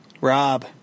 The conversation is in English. Rob